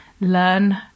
learn